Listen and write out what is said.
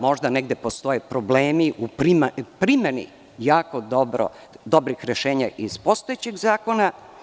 Možda negde postoje problemi u primeni jako dobrih rešenja iz postojećeg zakona.